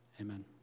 Amen